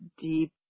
deep